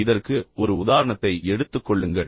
இப்போது இதற்கு ஒரு உதாரணத்தை எடுத்துக் கொள்ளுங்கள்